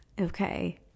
okay